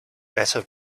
better